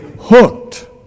hooked